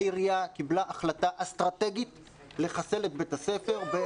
העירייה קיבלה החלטה אסטרטגית לחסל את בית הספר.